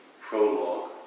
prologue